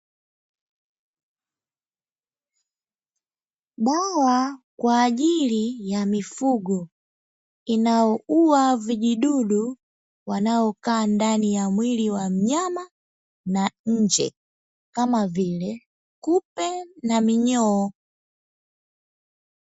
Dawa kwa ajili ya mifugo, inayoua vijidudu wanaokaa ndani ya mwili wa mnyama na nje, kama vile kupe na minyoo.